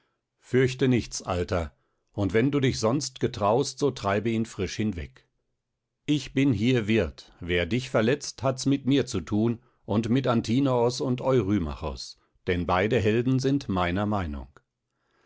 fürchte nichts alter und wenn du dich sonst getraust so treibe ihn frisch hinweg ich bin hier wirt wer dich verletzt hat's mit mir zu thun und mit antinoos und eurymachos denn beide helden sind meiner meinung